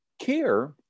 care